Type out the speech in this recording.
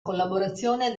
collaborazione